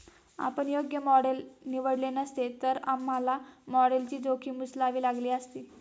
आपण योग्य मॉडेल निवडले नसते, तर आम्हाला मॉडेलची जोखीम उचलावी लागली असती